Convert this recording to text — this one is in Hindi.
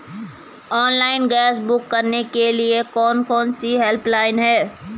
ऑनलाइन गैस बुक करने के लिए कौन कौनसी हेल्पलाइन हैं?